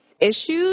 issues